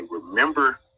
remember